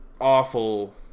Awful